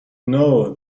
know